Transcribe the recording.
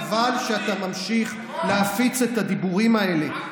חבל שאתה ממשיך להפיץ את הדיבורים האלה.